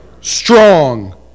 Strong